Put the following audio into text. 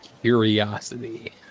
curiosity